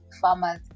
farmers